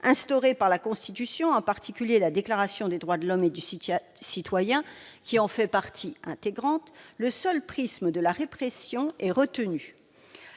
instaurée par la Constitution, en particulier la Déclaration des droits de l'homme et du citoyen qui en fait partie intégrante, la personne étrangère